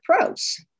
pros